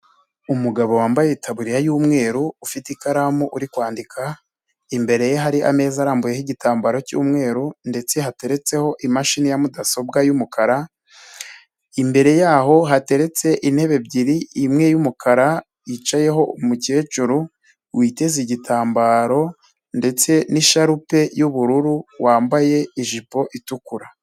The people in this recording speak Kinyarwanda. Umugabo wambaye itaburiya y'umweru ufite ikaramu uri kwandika, imbere ye hari ameza arambuyeho igitambaro cy'umweru ndetse hateretseho imashini ya mudasobwa y'umukara, imbere yaho hateretse intebe ebyiri imwe y'umukara yicayeho umukecuru witeze igitambaro ndetse n'isharupe y'ubururu wambaye ijipo itukura.